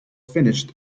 finished